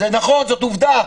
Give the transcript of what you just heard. זה נכון, זאת עובדה.